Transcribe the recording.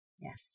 Yes